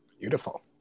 beautiful